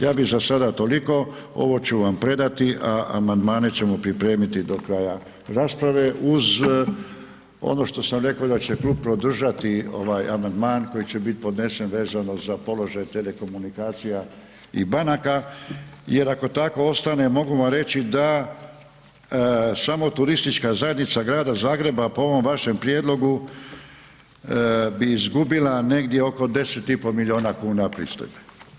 Ja bi za sada toliko ovo ću vam predati, a amandmane ćemo pripremiti do kraja rasprave uz ono što sam reko da će klub podržati ovaj amandman koji će biti podnesen vezano za položaj telekomunikacija i banaka jer ako tako ostane mogu vam reći da samo Turistička zajednica Grada Zagreba po ovom vašem prijedlogu bi izgubila negdje oko 10,5 miliona kuna pristojbi.